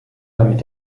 damit